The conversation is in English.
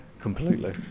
completely